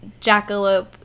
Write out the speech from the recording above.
jackalope